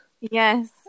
yes